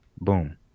boom